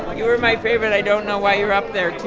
you were my favorite. i don't know why you're up there.